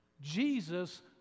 Jesus